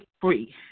free